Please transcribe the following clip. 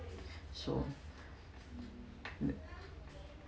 so